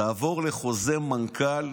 תעבור לחוזה מנכ"ל,